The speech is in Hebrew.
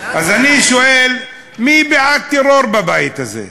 אז אני שואל, מי בעד טרור בבית הזה?